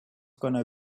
gonna